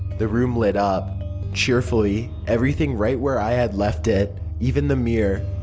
the room lit up cheerfully everything right where i had left it. even the mirror.